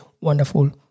wonderful